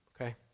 okay